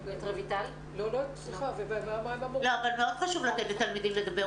מאוד חשוב לתת לתלמידים לדבר,